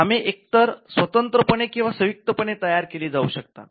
कामे एकतर स्वतंत्रपणे किंवा संयुक्तपणे तयार केली जाऊ शकतात